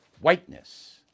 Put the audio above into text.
whiteness